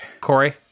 Corey